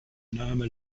name